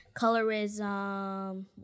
colorism